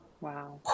Wow